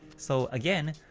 so again,